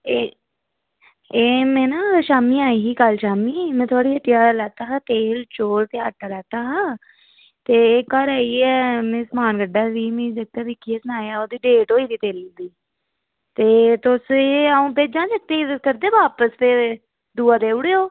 एह् एह् में ना शाम्मी आई ही कल्ल शाम्मी में थुआढ़ी हट्टिया लैता हा तेल चौल प्याज़ ते आटा लैता हा ते घर आइयै में समान कड्ढा दी ही मी मिगी जागतै केह् सनाया ओह्दी डेट होई गेदी तेलै दी ते तुस एह् अं'ऊ भेजां जागतै ई ते तुस करदे बापस ते दूआ देई ओड़ेओ